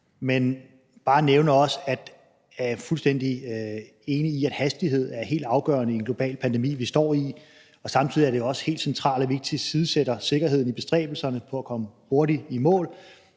også bare nævne, at jeg er fuldstændig enig i, at hastighed er helt afgørende i den globale pandemi, vi står i. Og samtidig er det jo også helt centralt, at vi ikke tilsidesætter sikkerheden i bestræbelserne på at komme hurtigt i mål.